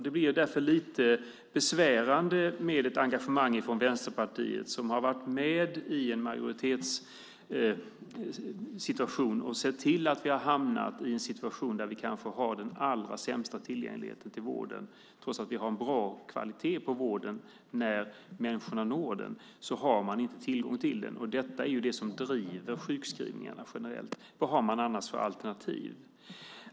Det blir därför lite besvärande med ett engagemang från Vänsterpartiet, som har varit med i en majoritetssituation och sett till att vi har hamnat i ett läge där vi har den kanske allra sämsta tillgängligheten till vården. Vi har en bra kvalitet på vården när människorna når den men man har inte tillgång till den. Det är detta som driver sjukskrivningarna generellt. Vad har man annars för alternativ?